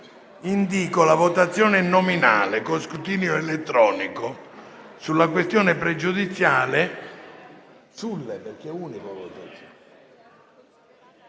indìco la votazione nominale con scrutinio simultaneo della questione pregiudiziale